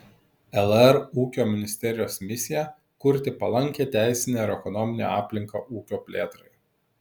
lr ūkio ministerijos misija kurti palankią teisinę ir ekonominę aplinką ūkio plėtrai